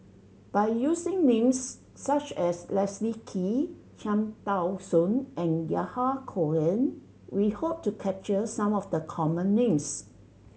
by using names such as Leslie Kee Cham Tao Soon and Yahya Cohen we hope to capture some of the common names